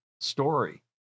story